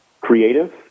creative